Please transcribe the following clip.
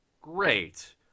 great